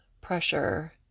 pressure